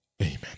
Amen